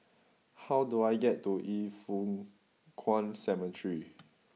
how do I get to Yin Foh Kuan Cemetery